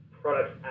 products